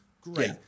Great